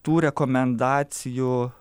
o tų rekomendacijų